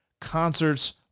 Concerts